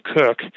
Cook